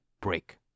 Break